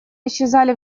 исчезали